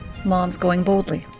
momsgoingboldly